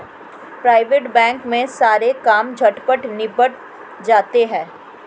private bank में सारे काम झटपट निबट जाते हैं